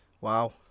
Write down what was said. wow